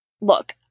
Look